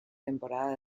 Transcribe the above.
temporada